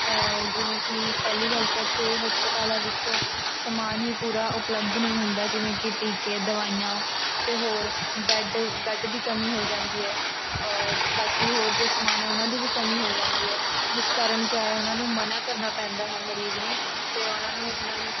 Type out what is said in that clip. ਜਿਵੇਂ ਕਿ ਪਹਿਲੀ ਗੱਲ ਤਾਂ ਇੱਥੇ ਹਸਪਤਾਲਾਂ ਵਿੱਚ ਸਮਾਨ ਹੀ ਪੂਰਾ ਉਪਲਬਧ ਨਹੀਂ ਹੁੰਦਾ ਜਿਵੇਂ ਕਿ ਟੀਕੇ ਦਵਾਈਆਂ ਅਤੇ ਹੋਰ ਬੈੱਡ ਬੈੱਡ ਦੀ ਕਮੀ ਹੋ ਜਾਂਦੀ ਹੈ ਬਾਕੀ ਹੋਰ ਜੋ ਸਮਾਨ ਹੈ ਉਹਨਾਂ ਦੀ ਵੀ ਕਮੀ ਹੋ ਜਾਂਦੀ ਹੈ ਜਿਸ ਕਾਰਨ ਕਿਆ ਹੈ ਉਹਨਾਂ ਨੂੰ ਮਨ੍ਹਾ ਕਰਨਾ ਪੈਂਦਾ ਹੈ ਮਰੀਜ਼ ਨੂੰ ਅਤੇ ਉਹਨਾਂ ਨੂੰ ਉਹਨਾਂ ਨੂੰ